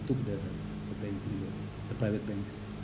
took the the banking loan the private banks